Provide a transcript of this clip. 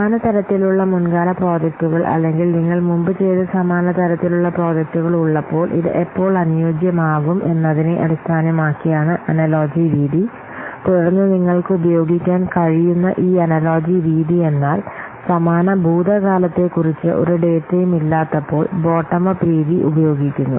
സമാന തരത്തിലുള്ള മുൻകാല പ്രോജക്റ്റുകൾ അല്ലെങ്കിൽ നിങ്ങൾ മുമ്പ് ചെയ്ത സമാന തരത്തിലുള്ള പ്രോജക്ടുകൾ ഉള്ളപ്പോൾ ഇത് എപ്പോൾ അനുയോജ്യമാകും എന്നതിനെ അടിസ്ഥാനമാക്കിയാണ് അനലോജി രീതി തുടർന്ന് നിങ്ങൾക്ക് ഉപയോഗിക്കാൻ കഴിയുന്ന ഈ അനലോജി രീതി എന്നാൽ സമാന ഭൂതകാലത്തെക്കുറിച്ച് ഒരു ഡാറ്റയും ഇല്ലാത്തപ്പോൾ ബോട്ടം അപ്പ് രീതി ഉപയോഗിക്കുന്നു